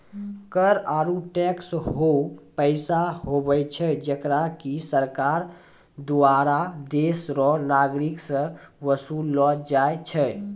कर आरू टैक्स हौ पैसा हुवै छै जेकरा की सरकार दुआरा देस रो नागरिक सं बसूल लो जाय छै